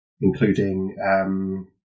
including